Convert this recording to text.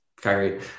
Kyrie